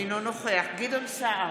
אינו נוכח גדעון סער,